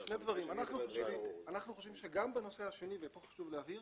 אנחנו חושבים שגם בנושא השני נכון